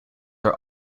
are